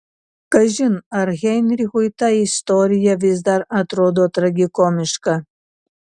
kažin ar heinrichui ta istorija vis dar atrodo tragikomiška